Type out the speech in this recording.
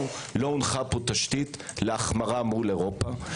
לא הונחה פה תשתית להחמרה מול אירופה.